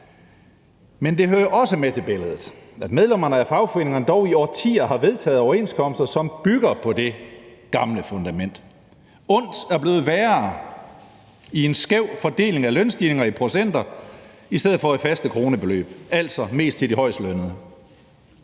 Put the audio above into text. Men det hører jo også med til billedet, at medlemmerne af fagforeningerne dog i årtier har vedtaget overenskomster, som bygger på det gamle fundament. Ondt er blevet værre i en skæv fordeling af lønstigninger i procenter i stedet for i faste kronebeløb, altså mest til de højestlønnede.